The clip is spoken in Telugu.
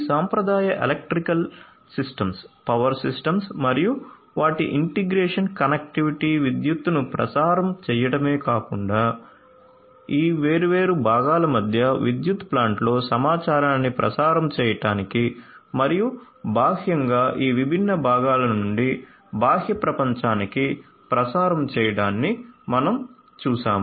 సాంప్రదాయ ఎలక్ట్రికల్ సిస్టమ్స్ పవర్ సిస్టమ్స్ మరియు వాటి ఇంటిగ్రేషన్ కనెక్టివిటీ విద్యుత్తును ప్రసారం చేయడమే కాకుండా ఈ వేర్వేరు భాగాల మధ్య విద్యుత్ ప్లాంట్లో సమాచారాన్ని ప్రసారం చేయడానికి మరియు బాహ్యంగా ఈ విభిన్న భాగాల నుండి బాహ్య ప్రపంచానికి ప్రసారం చేయడాన్ని మనం చూశాము